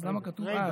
אז למה כתוב, ג'ידא.